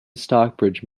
stockbridge